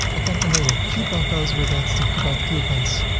i can enable coupon codes, we're going to talk about the coupons